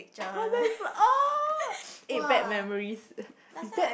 oh that's so oh eh bad memories is that